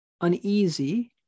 uneasy